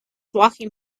walking